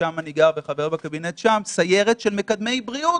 ששם אני גר וחבר בקבינט שם, סיירת של מקדמי בריאות